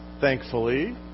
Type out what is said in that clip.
thankfully